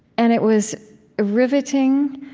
and it was riveting.